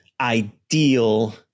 ideal